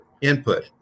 input